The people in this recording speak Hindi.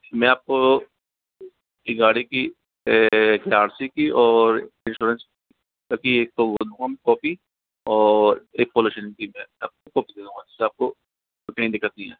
मैं आप को एक गाड़ी की एक आर सी की और इन्श्योरेन्स की एक कॉपी और एक पोलुशन की वैसे आपको कहीं दिक्कत नहीं आएगी